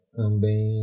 também